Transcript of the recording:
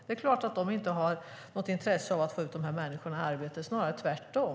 Det är klart att de inte har något intresse av att få ut de här människorna i arbete, snarare tvärtom.